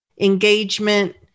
engagement